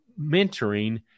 mentoring